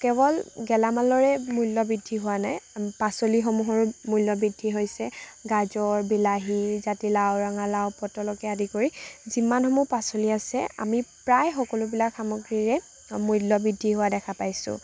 কেৱল গেলামালৰে মূল্য বৃদ্ধি হোৱা নাই পাচলি সমূহৰো মূল্য বৃদ্ধি হৈছে গাজৰ বিলাহী জাতিলাও ৰঙালাও পটলকে আদি কৰি যিমানসমূহ পাচলি আছে আমি প্ৰায় সকলোবিলাক সামগ্ৰীৰে মূল্য বৃদ্ধি হোৱা দেখা পাইছোঁ